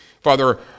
Father